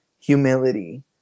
humility